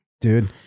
dude